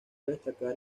destacar